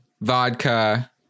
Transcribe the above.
vodka